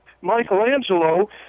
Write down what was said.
Michelangelo